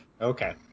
Okay